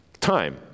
time